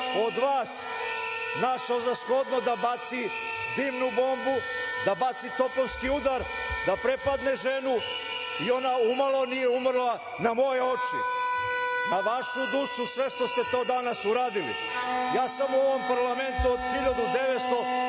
od vas našao za shodno da baci dimnu bombu, da baci topovski udar, da prepadne ženu i ona umalo nije umrla na moje oči. Na vašu dušu sve što ste danas uradili.U ovom parlamentu sam od 1997.